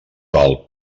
val